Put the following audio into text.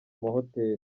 amahoteli